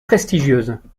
prestigieuses